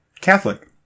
Catholic